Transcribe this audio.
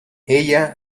ella